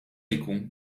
jkun